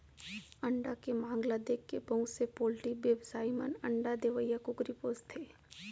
अंडा के मांग ल देखके बहुत से पोल्टी बेवसायी मन अंडा देवइया कुकरी पोसथें